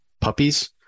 puppies